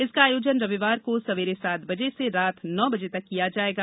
इसका आयोजन रविवार को सवेरे सात बजे से नौ बजे तक किया जाएगा